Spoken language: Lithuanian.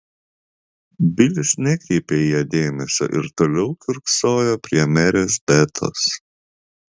bilis nekreipė į ją dėmesio ir toliau kiurksojo prie merės betos